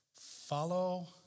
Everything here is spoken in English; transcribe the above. Follow